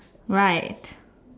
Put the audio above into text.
right